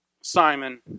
Simon